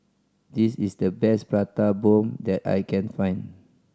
this is the best Prata Bomb that I can find